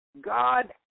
God